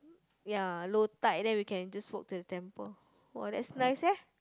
ya low tide then we can just walk to the temple !wow! that's nice eh